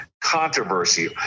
controversy